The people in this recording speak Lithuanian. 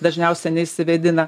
dažniausia neišsivėdina